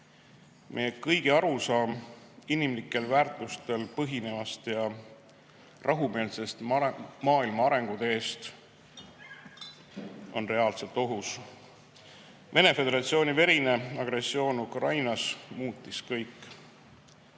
Meie kõigi arusaam inimlikel väärtustel põhinevast ja rahumeelsest maailma arenguteest on reaalselt ohus. Vene Föderatsiooni verine agressioon Ukrainas on muutnud kõik.